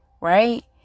right